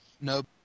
Nope